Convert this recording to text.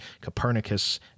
Copernicus